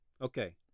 Okay